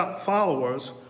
followers